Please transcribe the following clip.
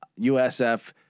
USF